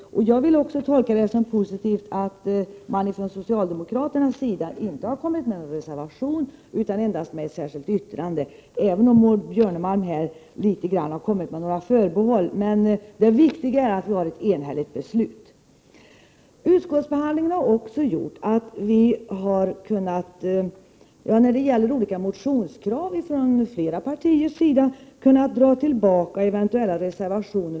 Jag vill också tolka det som positivt att socialdemokraterna inte har kommit med någon reservation utan endast med ett särskilt yttrande, även om Maud Björnemalm i sitt anförande gjorde vissa förbehåll. Det viktiga är att vi får ett enhälligt beslut. Utskottsbehandlingen har också lett fram till att man från flera partiers sida när det gäller vissa motionskrav har kunnat dra tillbaka eventuella reservationer.